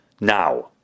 now